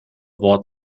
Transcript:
wort